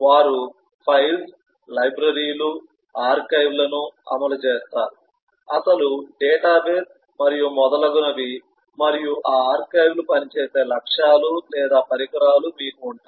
వారు ఫైల్స్ లైబ్రరీలు ఆర్కైవ్లను అమలు చేస్తారు అసలు డేటాబేస్ మరియు మొదలగునవి మరియు ఈ ఆర్కైవ్లు పనిచేసే లక్ష్యాలు లేదా పరికరాలు మీకు ఉంటాయి